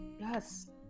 yes